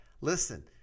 Listen